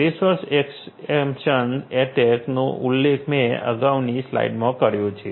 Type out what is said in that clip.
resource exhaustion attack નો ઉલ્લેખ મેં અગાઉની સ્લાઇડમાં કર્યો છે